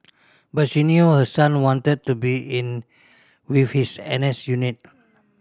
but she knew her son wanted to be with his N S unit